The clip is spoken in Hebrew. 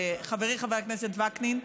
חברי חבר הכנסת וקנין,